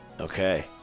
Okay